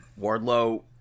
Wardlow